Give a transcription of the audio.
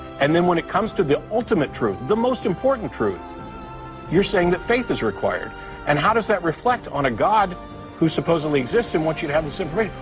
and then when it comes to the ultimate truth the most important truth you're saying that faith is required and how does that reflect on a god who supposedly exists and wants you to have this ah